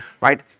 right